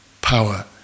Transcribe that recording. power